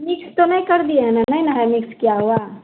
mix तो नहीं कर दिए हैं ना नहीं ना है मिक्स किया हुआ